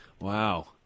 Wow